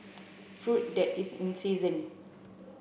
fruit that is in season